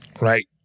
Right